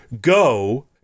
go